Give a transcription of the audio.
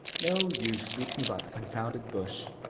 no use beating about the confounded bush.